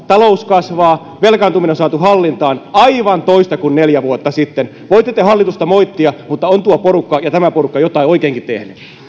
talous kasvaa velkaantuminen on saatu hallintaan aivan toista kuin neljä vuotta sitten voitte te hallitusta moittia mutta on tuo porukka ja tämä porukka jotain oikeinkin tehnyt